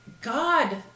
God